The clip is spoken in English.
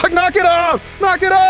but knock it off, knock it off!